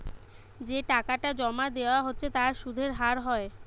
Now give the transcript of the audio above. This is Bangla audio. যে টাকাটা জোমা দিয়া হচ্ছে তার সুধের হার হয়